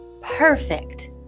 Perfect